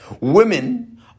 Women